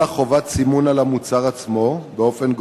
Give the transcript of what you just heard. חובת סימון על המוצר עצמו באופן גורף,